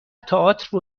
تئاتر